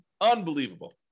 Unbelievable